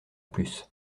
plus